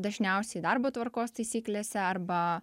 dažniausiai darbo tvarkos taisyklėse arba